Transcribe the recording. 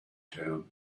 town